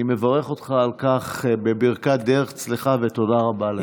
אני מברך אותך על כך בברכת דרך צלחה ותודה רבה על כך.